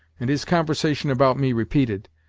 and his conversation about me repeated,